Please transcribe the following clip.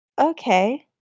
okay